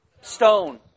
stone